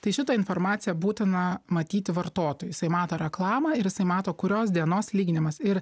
tai šitą informaciją būtina matyti vartotojui jisai mato reklamą ir jisai mato kurios dienos lyginimas ir